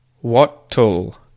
What-tool